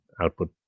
output